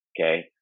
okay